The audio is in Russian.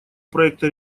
проекта